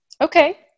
Okay